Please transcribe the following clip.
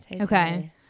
Okay